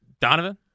Donovan